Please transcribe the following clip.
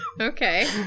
Okay